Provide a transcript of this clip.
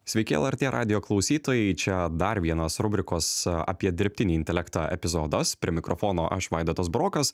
sveiki lrt radijo klausytojai čia dar vienas rubrikos apie dirbtinį intelektą epizodas prie mikrofono aš vaidotas burokas